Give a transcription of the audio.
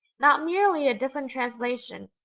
not merely a different translation,